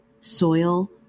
soil